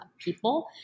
people